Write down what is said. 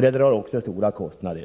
Detta drar också stora kostnader.